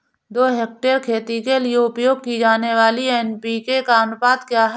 दो हेक्टेयर खेती के लिए उपयोग की जाने वाली एन.पी.के का अनुपात क्या है?